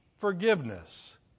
forgiveness